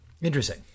Interesting